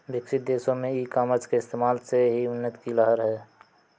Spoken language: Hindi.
विकसित देशों में ई कॉमर्स के इस्तेमाल से ही उन्नति की लहर है